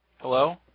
Hello